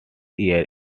year